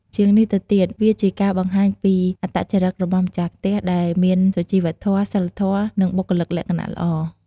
ជាងនេះទៅទៀត វាជាការបង្ហាញពីអត្តចរិតរបស់ម្ចាស់ផ្ទះ ដែលមានសុជីវធម៌ សីលធម៌ និងបុគ្គលិកលក្ខណៈល្អ។